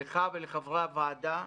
לך ולחברי הוועדה,